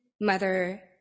mother